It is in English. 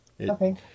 Okay